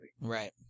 Right